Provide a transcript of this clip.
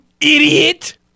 IDIOT